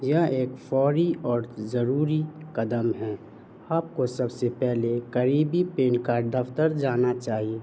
یہ ایک فوری اور ضروری قدم ہے آپ کو سب سے پہلے قریبی پین کارڈ دفتر جانا چاہیے